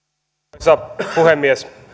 arvoisa puhemies